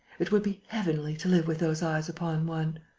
it would be heavenly to live with those eyes upon one.